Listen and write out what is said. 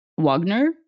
Wagner